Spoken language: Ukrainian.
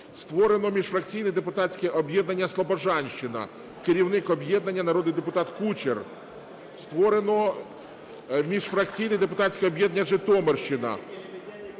Створено міжфракційне депутатське об'єднання "Слобожанщина", керівник об'єднання - народний депутат Кучер. Створено міжфракційне депутатське об'єднання "Житомирщина",